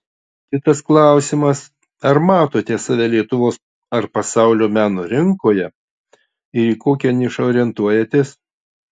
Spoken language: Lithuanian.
kitas klausimas ar matote save lietuvos ar pasaulio meno rinkoje ir į kokią nišą orientuojatės